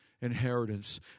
inheritance